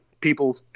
people